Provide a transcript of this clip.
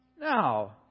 Now